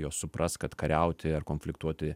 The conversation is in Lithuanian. jos supras kad kariauti ar konfliktuoti